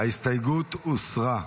ההסתייגות הוסרה.